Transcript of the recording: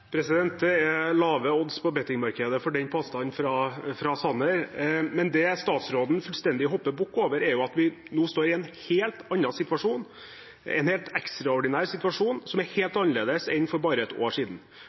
Det er lave odds på «bettingmarkedet» for den påstanden fra Sanner, men det statsråden fullstendig hopper bukk over, er at vi nå står i en helt annen situasjon, en ekstraordinær situasjon som er helt annerledes enn for bare et år siden. Arbeidsledigheten er vesentlig høyere enn for et år siden,